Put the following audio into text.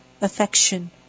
Affection